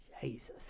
Jesus